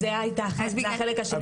אז זה החלק השני שדיברתי עליו.